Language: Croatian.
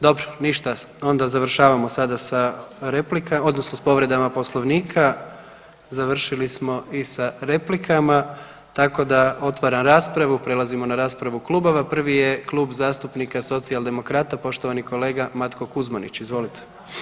Dobro, ništa onda završavamo sada sa replikama odnosno s povredama Poslovnika, završili smo i sa replikama, tako da otvaram raspravu, prelazimo na raspravu klubova, prvi je Klub zastupnika Socijaldemokrata, poštovani kolega Matko Kuzmanić, izvolite.